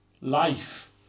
life